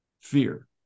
fear